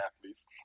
athletes